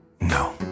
No